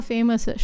Famous